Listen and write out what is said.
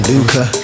Luca